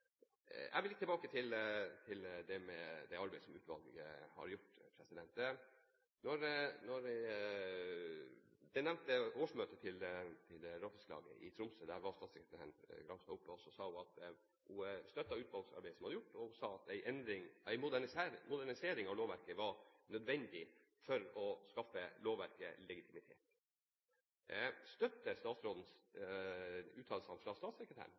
Jeg vil litt tilbake til det arbeidet som utvalget har gjort. På det nevnte årsmøtet til Råfisklaget i Tromsø var statssekretær Gramstad til stede. Hun sa at hun støttet det utvalgsarbeidet som var gjort, og at en modernisering av lovverket var nødvendig for å skaffe lovverket legitimitet. Støtter statsråden uttalelsen fra statssekretæren